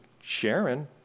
Sharon